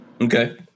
Okay